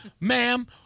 ma'am